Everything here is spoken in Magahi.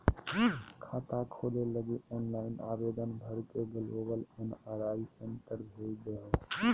खाता खोले लगी ऑनलाइन आवेदन भर के ग्लोबल एन.आर.आई सेंटर के भेज देहो